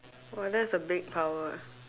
!wah! that's a big power eh